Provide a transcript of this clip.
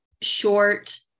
short